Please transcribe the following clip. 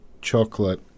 chocolate